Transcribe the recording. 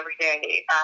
everyday